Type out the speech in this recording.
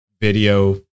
video